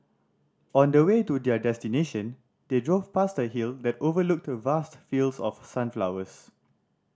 on the way to their destination they drove past a hill that overlooked vast fields of sunflowers